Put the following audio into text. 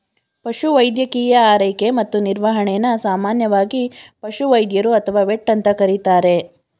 ಪಶುವೈದ್ಯಕೀಯ ಆರೈಕೆ ಮತ್ತು ನಿರ್ವಹಣೆನ ಸಾಮಾನ್ಯವಾಗಿ ಪಶುವೈದ್ಯರು ಅಥವಾ ವೆಟ್ ಅಂತ ಕರೀತಾರೆ